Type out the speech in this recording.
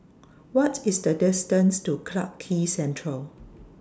What IS The distance to Clarke Quay Central